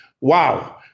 Wow